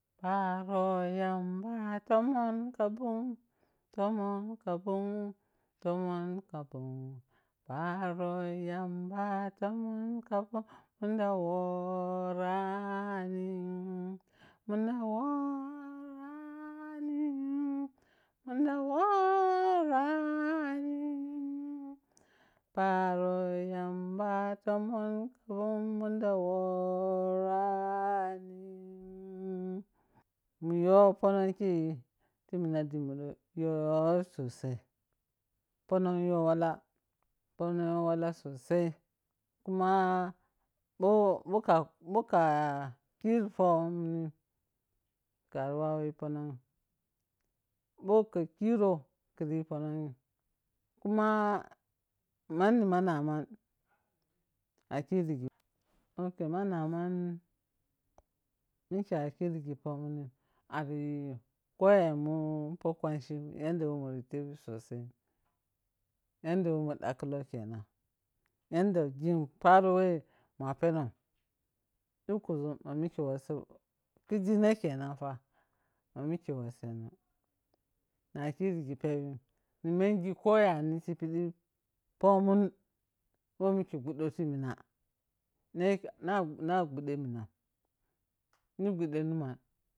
Paro lamba tomon kabun, tomon kabun tomon kabun. Paro yamba tomon kabun munda wo rani munda wo-ra-nu munda wo-ra-ni paro yamba tomon kabun munda wo-ra-ni mun yo ponon khei ti mina dimmi dhoi yo sosai ponon yo-wala. Ponon yowala sosai kuma bho ka kuma bho ka kiro pomun ni kari wawu yi pononyi bho ka kirou khiriyi pononyi kuma manni ma naman akirigin ok, ma naman mike akirigin pomun nin ari koyenmun po kwanchin yadda who muri tebi sosai. Yadda whe mun dag khulou kenan, yadda gin paro whe ma pemom. dukkuȝum, ma mike wasso, kijine kenan ʢa, ma mike wasseno nakirigi peppin ni engi koyani ti pidi pomun whe mike guɗɗo ti mina ne pa-na-na nagude mina, ni gude numan.